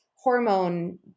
hormone